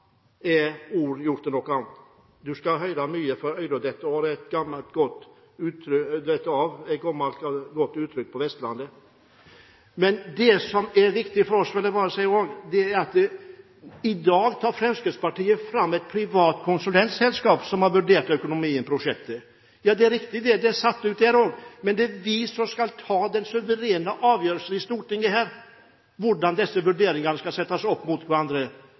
er ord gjort til noe annet. Man skal høre mye før ørene detter av, er et gammelt, godt uttrykk på Vestlandet. Det som er viktig for oss – vil jeg bare også si – er at Fremskrittspartiet i dag tar fram et privat konsulentselskap som har vurdert økonomien i prosjektet. Ja, det er riktig, det er satt ut, men det er vi som skal ta den suverene avgjørelsen her i Stortinget om hvordan disse vurderingene skal settes opp mot hverandre,